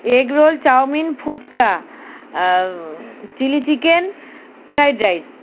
egg roll chowmein phuchka chilli chicken fried rice